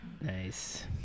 nice